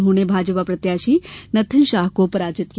उन्होंने भाजपा प्रत्याशी नत्थन शाह को पराजित किया